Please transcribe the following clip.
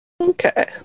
Okay